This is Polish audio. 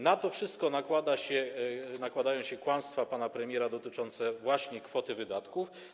Na to wszystko nakładają się kłamstwa pana premiera dotyczące właśnie kwoty wydatków.